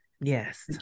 yes